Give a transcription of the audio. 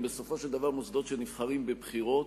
בסופו של דבר מוסדות שנבחרים בבחירות,